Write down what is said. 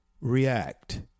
react